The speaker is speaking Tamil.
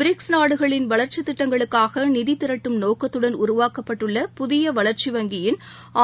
பிரிக்ஸ் நாடுகளின் வளர்ச்சித் திட்டங்களுக்காகநிதிரட்டும் நோக்கத்துடன் உருவாக்கப்பட்டுள்ள வங்கியின் புதியவளர்ச்சி